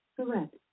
Correct